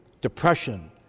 depression